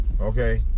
Okay